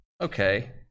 Okay